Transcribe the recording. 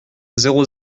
zéro